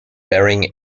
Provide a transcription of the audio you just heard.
baring